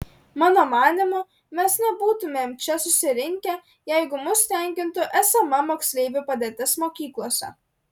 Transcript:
mano manymu mes nebūtumėm čia susirinkę jeigu mus tenkintų esama moksleivių padėtis mokyklose